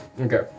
Okay